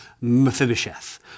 Mephibosheth